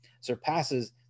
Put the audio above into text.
surpasses